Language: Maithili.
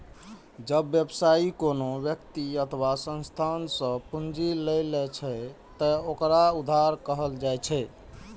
जब व्यवसायी कोनो व्यक्ति अथवा संस्था सं पूंजी लै छै, ते ओकरा उधार कहल जाइ छै